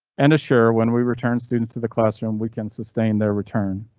anna sure, when we return students to the classroom, we can sustain their return.